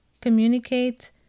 Communicate